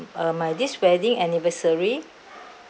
uh my this wedding anniversary